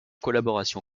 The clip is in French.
collaboration